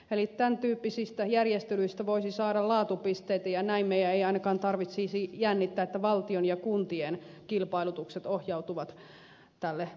eli tämän tyyppisistä järjestelyistä voisi saada laatupisteitä ja näin meidän ei ainakaan tarvitsisi jännittää että valtion ja kuntien kilpailutukset ohjautuvat harmaalle alueelle